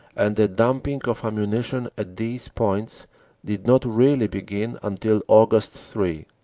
and the dumping of ammunition at these points did not really begin until aug. three.